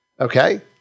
Okay